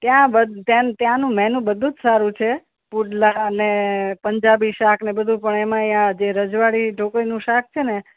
ત્યાં ત્યાંનું મેનુ બધું જ સારું છે પુડલા અને પંજાબી શાક ને બધું પણ એમાંય આ જે રજવાડી ઢોકળીનું શાક છે ને